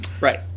right